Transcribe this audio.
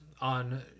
on